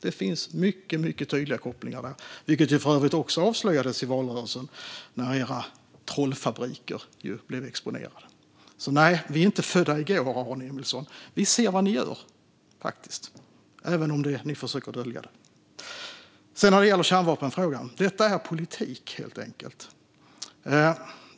Det finns mycket tydliga kopplingar, vilket för övrigt avslöjades i valrörelsen när deras trollfabriker blev exponerade. Vi är inte födda i går, Aron Emilsson. Vi ser faktiskt vad ni gör, även om ni försöker att dölja det. Jag går vidare till kärnvapenfrågan. Detta är politik, helt enkelt.